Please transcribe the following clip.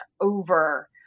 over